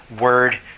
word